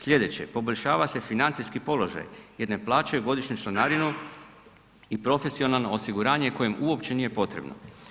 Slijedeće, poboljšava se financijski položaj jer ne plaćaju godišnju članarinu i profesionalno osiguranje koje im uopće nije potrebno.